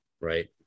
right